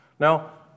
Now